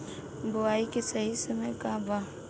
बुआई के सही समय का वा?